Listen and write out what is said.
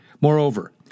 Moreover